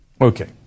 Okay